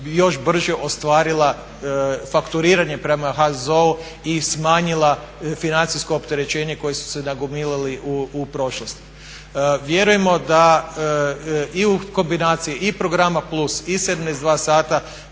još brže ostvarila fakturiranje prema HZZO-u i smanjila financijsko opterećenje koje su se nagomilali u prošlosti. Vjerujemo da i u kombinaciji programa plus i 72 sata